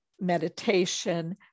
meditation